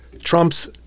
Trump's